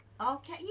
Okay